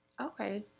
Okay